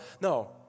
no